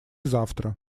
завтра